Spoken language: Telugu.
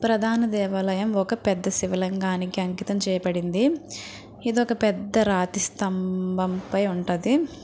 ప్రధాన దేవాలయం ఒక పెద్ద శివలింగానికి అంకితం చేయబడింది ఇది ఒక పెద్ద రాతి స్తంభంపై ఉంటది